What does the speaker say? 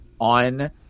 on